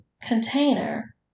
container